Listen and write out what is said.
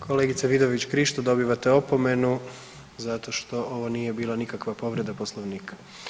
Kolegice Vidović Krišto, dobivate opomenu zato što ovo nije bila nikakva povreda Poslovnika.